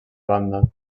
banda